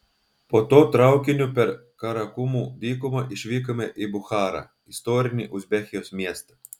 po to traukiniu per karakumų dykumą išvykome į bucharą istorinį uzbekijos miestą